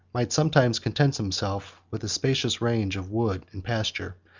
might sometimes content himself with a spacious range of wood and pasture,